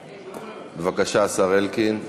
בבקשה, השר אלקין.